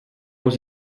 aux